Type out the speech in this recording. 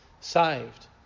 saved